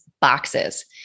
boxes